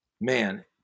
man